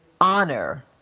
honor